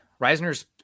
Reisner's